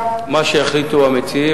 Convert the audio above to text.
והשיקולים במינוי מנהלים הם,